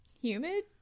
humid